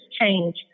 change